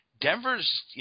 Denver's